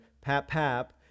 Pap-Pap